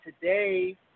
today